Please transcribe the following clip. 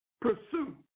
Pursue